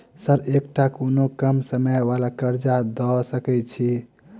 Sir एकटा कोनो कम समय वला कर्जा दऽ सकै छी?